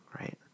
right